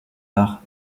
arts